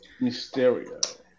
Mysterio